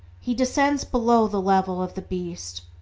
he descends below the level of the beast.